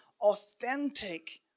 authentic